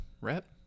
rep